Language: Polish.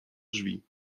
drzwi